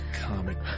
comic